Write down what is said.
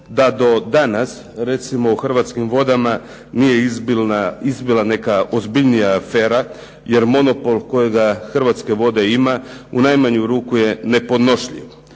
da do danas recimo u "Hrvatskim vodama" nije izbila neka ozbiljnija afera jer monopol kojega "Hrvatske vode" ima u najmanju ruku je nepodnošljiv.